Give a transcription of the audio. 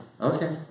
Okay